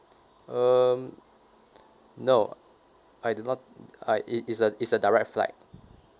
um no I do not uh it it's a it's a direct flight